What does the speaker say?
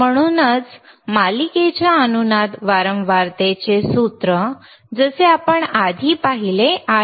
म्हणूनच मालिकेच्या अनुनाद वारंवारतेचे सूत्र जसे आपण आधी पाहिले आहे